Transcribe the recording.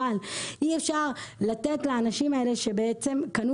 אבל אי אפשר לתת לאנשים האלה שבעצם קנו